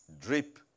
drip